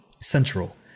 Central